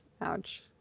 Ouch